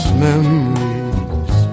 memories